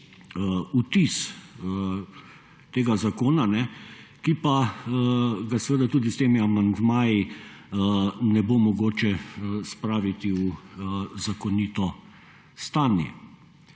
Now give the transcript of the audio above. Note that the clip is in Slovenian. vtis tega zakona, ki pa ga tudi s temi amandmaji ne bo mogoče spraviti v zakonito stanje.